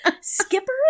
skipper